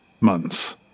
months